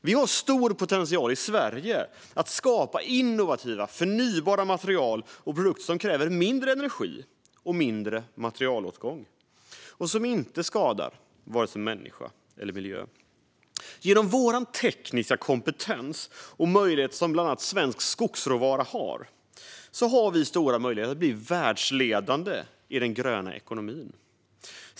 Vi har stor potential i Sverige att skapa innovativa förnybara material och produkter som kräver mindre energi och materialåtgång och som inte skadar vare sig människa eller miljö. Genom vår tekniska kompetens och möjligheter som bland annat svensk skogsråvara har vi stora möjligheter att bli världsledande i den gröna ekonomin.